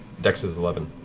dex is eleven.